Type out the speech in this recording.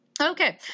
Okay